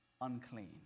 unclean